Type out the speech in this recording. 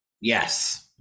yes